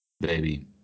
Baby